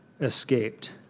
escaped